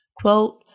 Quote